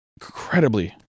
incredibly